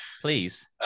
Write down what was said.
Please